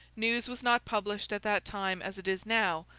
news was not published at that time as it is now,